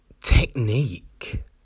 technique